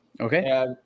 Okay